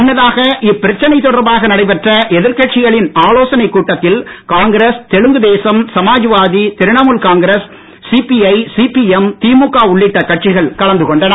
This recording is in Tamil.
முன்னதாக இப்பிரச்சனை தொடர்பாக நடைபெற்ற எதிர்கட்சிகளின் ஆலோசனைக் கூட்டத்தில் காங்கிரஸ் தெலுங்குதேசம் சமாஜ்வாதி திரிணமுல் காங்கிரஸ் சிபிஐ சிபிஎம் திமுக உள்ளிட்ட கட்சிகள் கலந்து கொண்டன